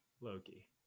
Loki